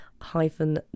hyphen